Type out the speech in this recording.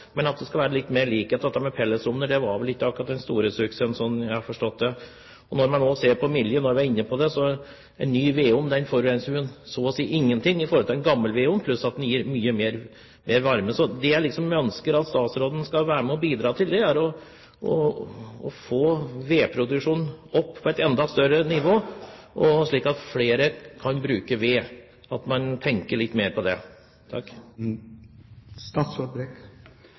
men at det skal være litt mer likhet. Dette med pelletsovner var vel ikke akkurat den store suksessen, slik jeg har forstått det. Når man nå ser på miljøet – når vi er inne på det – forurenser vel en ny vedovn så å si ingenting i forhold til en gammel vedovn, pluss at den gir mye mer varme. Så det jeg ønsker at statsråden skal være med og bidra til, er å få vedproduksjonen opp på et enda høyere nivå, slik at flere kan bruke ved – at man tenker litt mer på det.